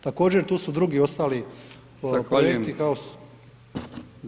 Također tu su drugi, ostali [[Upadica: Zahvaljujem]] [[Govornik se ne razumije]] kao.